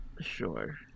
Sure